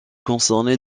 concernées